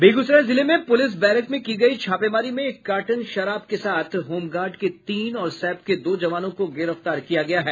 बेगूसराय जिले में police barrack में की गयी छापेमारी में एक कार्टन शराब के साथ होमगार्ड के तीन और सैप के दो जवानों को गिरफ्तार किया गया है